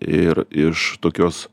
ir iš tokios